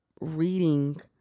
Reading